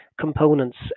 components